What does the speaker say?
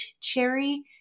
cherry